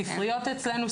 הספריות שלנו,